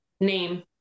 name